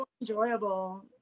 enjoyable